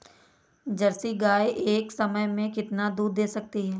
Jersey गाय एक समय में कितना दूध दे सकती है?